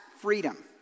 freedom